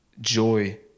joy